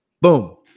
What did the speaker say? Boom